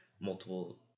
multiple